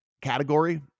category